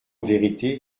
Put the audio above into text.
vérité